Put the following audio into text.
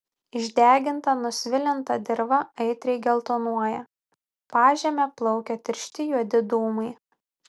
išdeginta nusvilinta dirva aitriai geltonuoja pažeme plaukia tiršti juodi dūmai